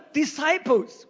disciples